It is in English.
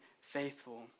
faithful